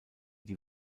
die